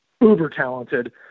uber-talented